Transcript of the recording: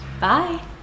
Bye